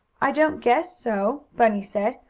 i don't guess so, bunny said.